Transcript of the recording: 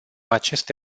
aceste